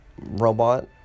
Robot